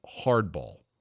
hardball